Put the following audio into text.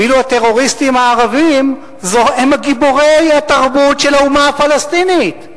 ואילו הטרוריסטים הערבים הם גיבורי התרבות של האומה הפלסטינית.